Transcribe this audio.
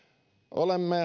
olemme